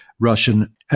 Russian